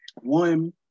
one